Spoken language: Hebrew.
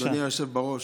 אדוני היושב בראש,